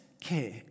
care